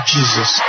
Jesus